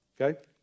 Okay